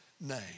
name